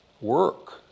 work